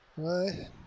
Right